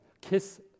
Kiss